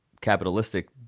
capitalistic